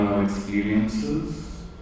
experiences